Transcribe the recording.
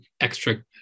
extra